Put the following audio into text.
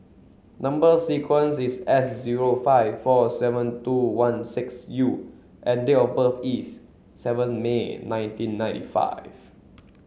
number sequence is S zero five four seven two one six U and date of birth is seven May nineteen ninety five